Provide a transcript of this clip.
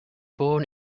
born